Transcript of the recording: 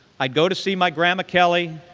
i'd go to see my grandma kelly.